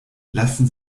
lassen